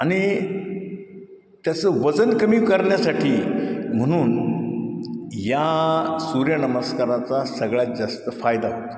आणि त्याचं वजन कमी करण्यासाठी म्हणून या सूर्यनमस्काराचा सगळ्यात जास्त फायदा होता